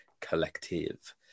Collective